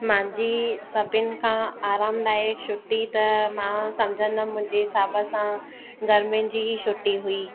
मुंहिंजी सभिनि खां आरामदायक छुट्टी त मां सम्झंदमि मुंहिंजे हिसाब सां गर्मियुनि जी ई छुट्टी हुई